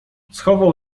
schował